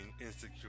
Insecure